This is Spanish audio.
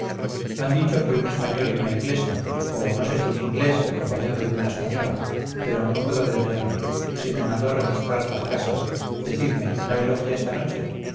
han dicho que un español y una inglesa o no sé si un inglés acompañado de una española pero no puedo detenerme se me mandó registrar las casas decidme no hay logia esta noche